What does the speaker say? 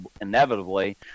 inevitably